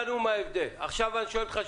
כמו שאני אמרתי.